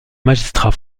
magistrat